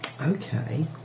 Okay